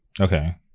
Okay